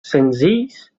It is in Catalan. senzills